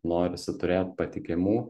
norisi turėt patikimų